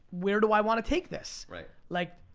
where do i want to take this? like,